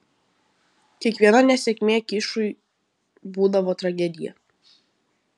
kiekviena nesėkmė kišui būdavo tragedija